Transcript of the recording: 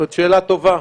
זאת שאלה טובה.